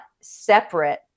separate